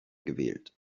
gewählt